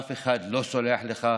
אף אחד לא סולח לך.